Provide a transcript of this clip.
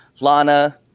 Lana